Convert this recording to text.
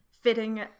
fitting